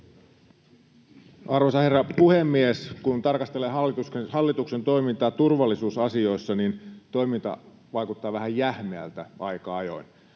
Arvoisa herra puhemies! Kun tarkastelee hallituksen toimintaa turvallisuusasioissa, niin toiminta vaikuttaa vähän jähmeältä aika ajoin: